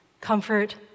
Comfort